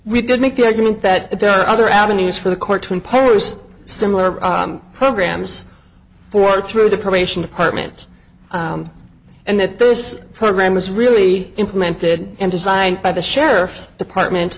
we did make the argument that there are other avenues for the court to impose similar programs for through the probation department and that this program was really implemented and designed by the sheriff's department